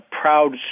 Proud